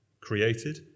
created